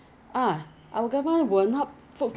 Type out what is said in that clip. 我没有吃 burger leh I had